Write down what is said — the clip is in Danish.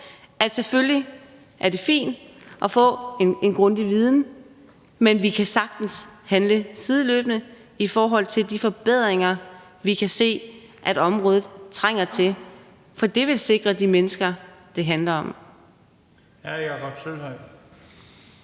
selvfølgelig fint at få en grundig viden, men vi kan sagtens handle sideløbende i forhold til de forbedringer, som vi kan se området trænger til, for det vil sikre de mennesker, som det handler om.